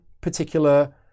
particular